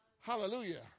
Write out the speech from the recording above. Hallelujah